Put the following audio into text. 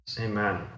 Amen